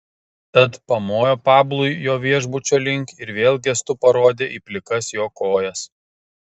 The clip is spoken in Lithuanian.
tad pamojo pablui jo viešbučio link ir vėl gestu parodė į plikas jo kojas